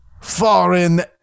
foreign